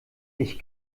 ich